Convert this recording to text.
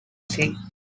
sea